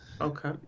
Okay